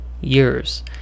years